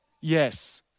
yes